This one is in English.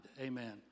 Amen